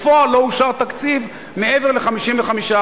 בפועל לא אושר תקציב מעבר ל-55%.